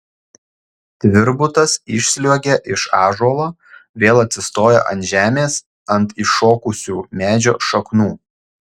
tvirbutas išsliuogia iš ąžuolo vėl atsistoja ant žemės ant iššokusių medžio šaknų